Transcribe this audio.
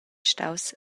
staus